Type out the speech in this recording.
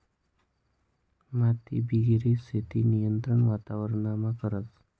मातीबिगेर शेती नियंत्रित वातावरणमा करतस